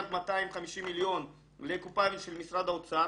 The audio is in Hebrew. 1.125 מיליארד לקופה של משרד האוצר,